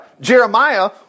Jeremiah